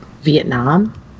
Vietnam